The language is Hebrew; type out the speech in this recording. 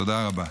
תודה רבה.